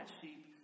sheep